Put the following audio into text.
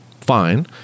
fine